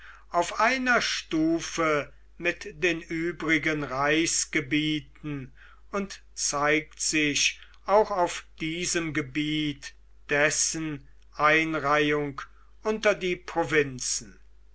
auf einer stufe mit den übrigen reichsgebieten und zeigt sich auch auf diesem gebiet dessen einreihung unter die provinzen